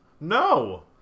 No